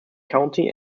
county